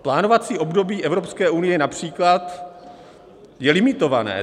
Plánovací období Evropské unie např. je limitované.